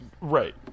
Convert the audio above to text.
Right